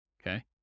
okay